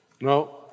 No